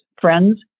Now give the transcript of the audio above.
friends